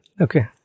Okay